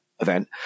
event